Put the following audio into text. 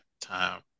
time